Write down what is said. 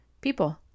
people